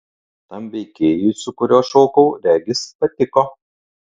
tam veikėjui su kuriuo šokau regis patiko